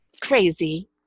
Crazy